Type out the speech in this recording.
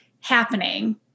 happening